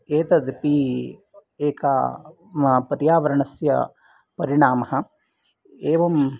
एतदपी एका पर्यावरणस्य परिणामः एवं